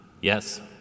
Yes